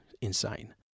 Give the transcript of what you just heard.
insane